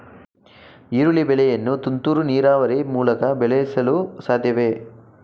ಈರುಳ್ಳಿ ಬೆಳೆಯನ್ನು ತುಂತುರು ನೀರಾವರಿ ಮೂಲಕ ಬೆಳೆಸಲು ಸಾಧ್ಯವೇ?